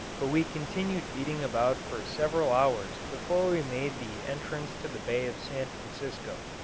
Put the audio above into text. but we continued beating about for several hours before we made the entrance to the bay of san francisco.